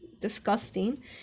disgusting